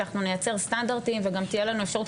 כי אנחנו נייצר סטנדרטים וגם תהיה לנו אפשרות,